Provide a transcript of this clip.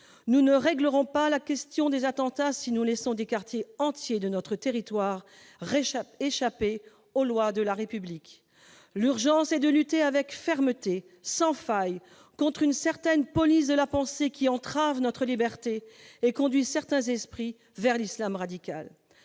Nous ne réglerons pas la question des attentats si nous laissons des quartiers entiers de notre territoire échapper aux lois de la République. L'urgence est de lutter avec une fermeté sans faille contre une certaine police de la pensée qui entrave notre liberté et conduit certains esprits vers l'islam radical.